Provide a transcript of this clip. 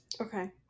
Okay